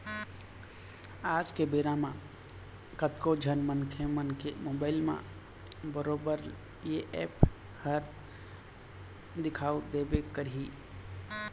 आज के बेरा म कतको झन मनखे मन के मोबाइल म बरोबर ये ऐप ह दिखउ देबे करही